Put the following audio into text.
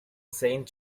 saint